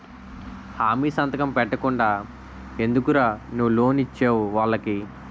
హామీ సంతకం పెట్టకుండా ఎందుకురా నువ్వు లోన్ ఇచ్చేవు వాళ్ళకి